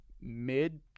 mid